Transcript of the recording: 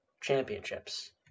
championships